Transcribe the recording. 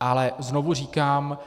Ale znovu říkám,